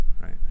Right